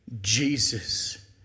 Jesus